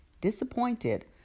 disappointed